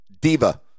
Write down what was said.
diva